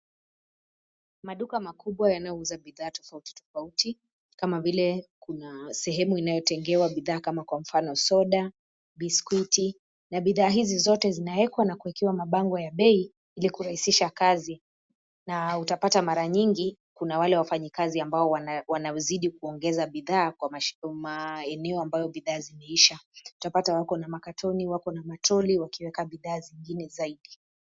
Maduka makubwa yanayouza bidhaa tofauti tofauti , kama vile kuna sehemu inayotengewa bidhaa kama mfano soda , biskuti na bidhaa hizi zote zinawekwa na kuwekewa mabango ya bei, ili kurahisisha kazi na utapata mara nyingi kuna wale wafanyakazi ambao wanaozidi kuongeza bidhaa kwa maeneo ambayo bidhaa zimeisha. Utapata wakona makatoni wakona matroli wakiweka bidhaa zingine zaidi.